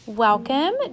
Welcome